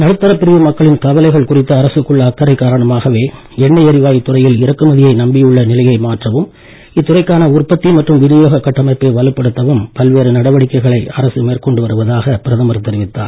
நடுத்தரப் பிரிவு மக்களின் கவலைகள் குறித்து அரசுக்குள்ள அக்கறை காரணமாகவே எண்ணெய் எரிவாயு துறையில் இறக்குமதியை நம்பியுள்ள நிலையை மாற்றவும் இத்துறைக்கான உற்பத்தி மற்றும் வினியோக கட்டமைப்பை வலுப்படுத்தவும் பல்வேறு நடவடிக்கைகளை மேற்கொண்டு வருவதாக பிரதமர் தெரிவித்தார்